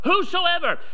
whosoever